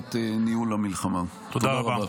לטובת ניהול המלחמה תודה רבה.